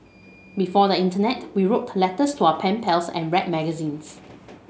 before the internet we wrote letters for our pen pals and read magazines